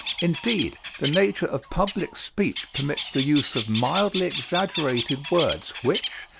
indeed, the nature of public speech permits the use of mildly exaggerated words which,